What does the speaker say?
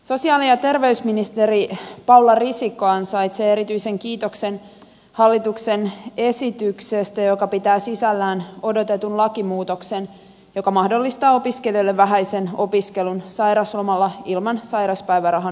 sosiaali ja terveysministeri paula risikko ansaitsee erityisen kiitoksen hallituksen esityksestä joka pitää sisällään odotetun lakimuutoksen joka mahdollistaa opiskelijoille vähäisen opiskelun sairauslomalla ilman sairauspäivärahan menettämistä